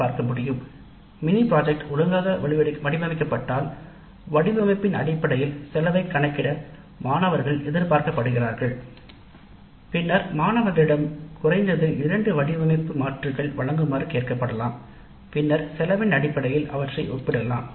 ஒழுங்காக வடிவமைக்கப்பட்ட mini project இல் வடிவமைப்பின் அடிப்படையில் செலவை கணக்கிட மாணவர்கள் எதிர்பார்க்கப்படுகிறார்கள் செய்ய பின்னர் மாணவர்களிடம் குறைந்தது இரண்டு வடிவமைப்பு மாற்றுகள் வழங்குமாறு கேட்கப்படலாம் பின்னர் செலவின் அடிப்படையில் அவற்றை ஒப்பிடலாம்